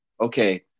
okay